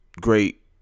great